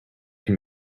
can